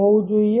હોવું જોઈએ